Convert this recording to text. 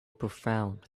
profound